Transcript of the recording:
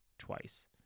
twice